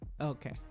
Okay